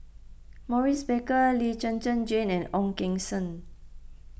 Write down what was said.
Maurice Baker Lee Zhen Zhen Jane and Ong Keng Sen